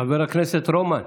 חבר הכנסת רומן.